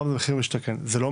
פעם זה "מחיר למשתכן" וכו'.